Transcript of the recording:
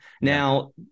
Now